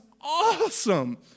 awesome